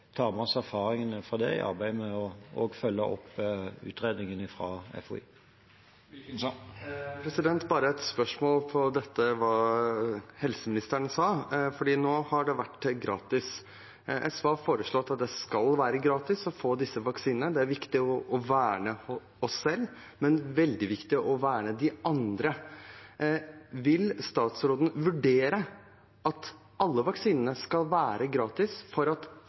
erfaringene fra det i arbeidet med å følge opp utredningene fra FHI. Bare et spørsmål til dette helseministeren sa, for nå har det vært gratis. SV har foreslått at det skal være gratis å få disse vaksinene. Det er viktig å verne oss selv, men veldig viktig å verne de andre. Vil statsråden vurdere om alle vaksinene skal være gratis for at